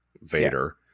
Vader